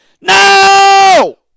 No